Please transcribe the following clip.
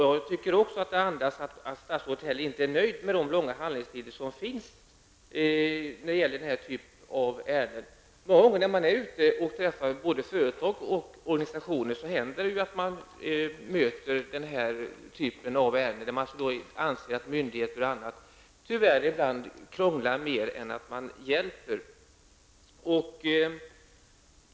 Jag tolkar också svaret så att statsrådet inte är nöjd med de långa handläggningstiderna för den här typen av ärenden. När man är ute och träffar representanter för både företag och organisationer händer det många gånger att man ställs inför den här typen av ärenden, där de berörda anser att myndigheter tyvärr ibland krånglar mer än de hjälper.